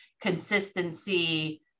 consistency